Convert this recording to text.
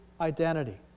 identity